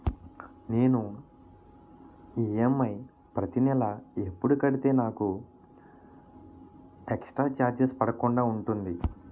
నేను ఈ.ఎమ్.ఐ ప్రతి నెల ఎపుడు కడితే నాకు ఎక్స్ స్త్ర చార్జెస్ పడకుండా ఉంటుంది?